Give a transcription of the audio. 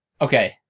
Okay